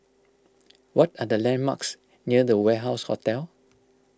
what are the landmarks near the Warehouse Hotel